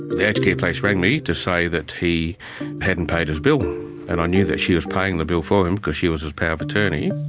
the aged care place rang me to say that he hadn't paid his bill and i knew that she was paying the bill for him because she was his power of attorney.